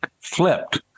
flipped